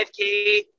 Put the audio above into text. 5K